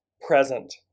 present